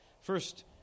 First